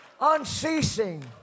Unceasing